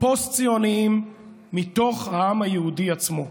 פוסט-ציוניים מתוך העם היהודי עצמו.